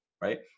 right